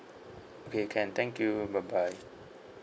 okay can thank you bye bye